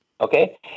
Okay